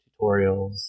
tutorials